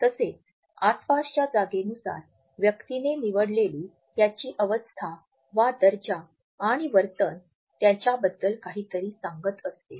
तसेच आसपासच्या जागेनुसार व्यक्तीने निवडलेली त्याची अवस्था वा दर्जा आणि वर्तन त्याच्या बद्दल काहीतरी सांगत असते